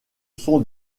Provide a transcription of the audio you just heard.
sont